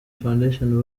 foundation